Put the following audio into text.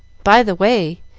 by the way,